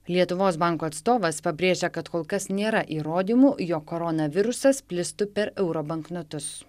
lietuvos banko atstovas pabrėžia kad kol kas nėra įrodymų jog koronavirusas plistų per euro banknotus